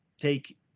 take